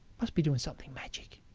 must be doing something magic.